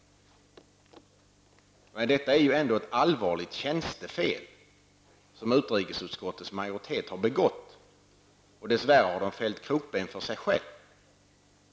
Nej, det är ett allvarligt tjänstefel som utrikesutskottets majoritet har begått, och dess värre har den satt krokben för sig själv.